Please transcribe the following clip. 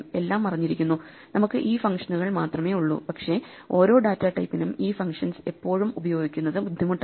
എല്ലാം മറഞ്ഞിരിക്കുന്നു നമുക്ക് ഈ ഫംഗ്ഷനുകൾ മാത്രമേ ഉള്ളൂ പക്ഷേ ഓരോ ഡാറ്റാ ടൈപ്പിനും ഈ ഫങ്ഷൻസ് എപ്പോഴും ഉപയോഗിക്കുന്നത് ബുദ്ധിമുട്ടാണ്